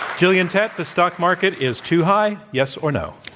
gillian tett, the stock market is too high, yes or no?